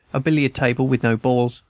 a billiard-table with no balls,